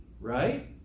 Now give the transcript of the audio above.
right